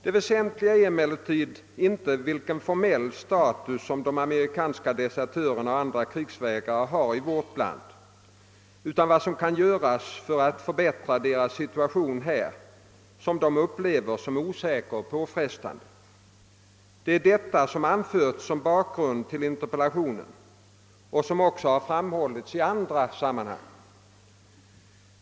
Det väsentliga är emellertid inte vilken formell status som de amerikanska desertörerna och andra krigsvägrarna har i vårt land utan vad som kan göras för att förbättra deras situation här, som de upplever som osäker och påfrestande. Det är detta som anförs som bakgrund till interpellationen och som också har framhållits i andra sammanhang.